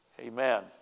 Amen